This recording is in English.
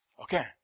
Okay